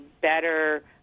better